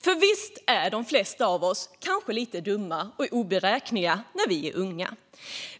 För visst är de flesta av oss kanske lite dumma och oberäkneliga när vi är unga.